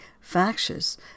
factious